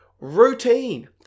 Routine